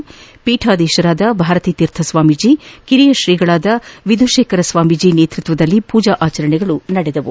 ಶೃಂಗೇರಿ ಪೀಠಾಧೀಶರಾದ ಭಾರತೀ ತೀರ್ಥ ಸ್ವಾಮೀಜಿ ಕಿರಿಯ ಶ್ರೀಗಳಾದ ವಿಧುಶೇಖರ ಸ್ವಾಮೀಜಿ ನೇತೃತ್ವದಲ್ಲಿ ಪೂಜಾ ಆಚರಣೆಗಳು ನಡೆದವು